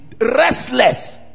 restless